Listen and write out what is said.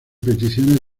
peticiones